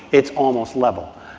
it's almost level.